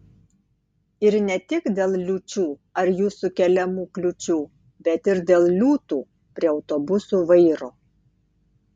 ir ne tik dėl liūčių ar jų sukeliamų kliūčių bet ir dėl liūtų prie autobusų vairo